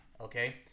Okay